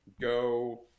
go